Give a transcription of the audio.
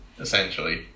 essentially